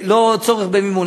כשאין צורך במימון.